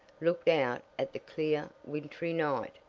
looked out at the clear, wintry night,